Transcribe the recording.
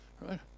right